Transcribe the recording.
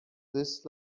this